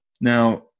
Now